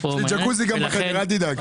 יש לי גם ג'קוזי בחדר, אל תדאג.